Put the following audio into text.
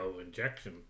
injection